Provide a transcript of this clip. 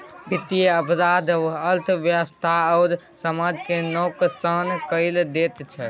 बित्तीय अपराध अर्थव्यवस्था आ समाज केँ नोकसान कए दैत छै